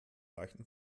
leichten